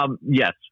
Yes